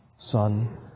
Son